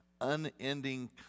unending